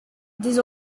this